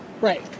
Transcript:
Right